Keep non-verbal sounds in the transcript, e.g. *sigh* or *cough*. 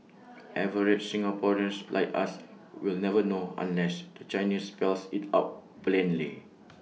*noise* average Singaporeans like us will never know unless the Chinese spells IT out plainly